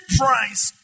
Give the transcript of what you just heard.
price